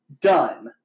done